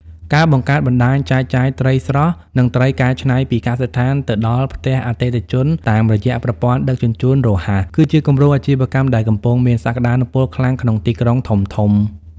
ការបង្កើតបណ្ដាញចែកចាយត្រីស្រស់ និងត្រីកែច្នៃពីកសិដ្ឋានទៅដល់ផ្ទះអតិថិជនតាមរយៈប្រព័ន្ធដឹកជញ្ជូនរហ័ស គឺជាគំរូអាជីវកម្មដែលកំពុងមានសក្ដានុពលខ្លាំងក្នុងទីក្រុងធំៗ។